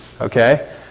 Okay